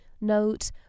Note